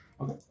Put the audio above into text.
Okay